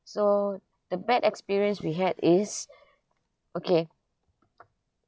so the bad experience we had is okay